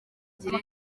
ngire